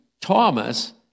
Thomas